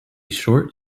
short